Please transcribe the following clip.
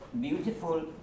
beautiful